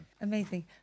Amazing